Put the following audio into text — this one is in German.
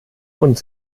und